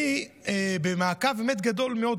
אני במעקב באמת גדול מאוד,